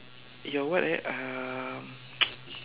your what eh um